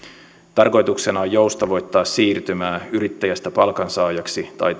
tarkoituksena on joustavoittaa siirtymää yrittäjästä palkansaajaksi tai